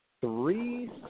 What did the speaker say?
three